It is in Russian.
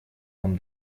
вам